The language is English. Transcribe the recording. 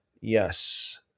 yes